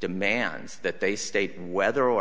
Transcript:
demands that they state whether or